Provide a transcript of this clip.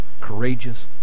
courageous